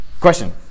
Question